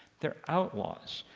they're outlaws.